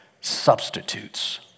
substitutes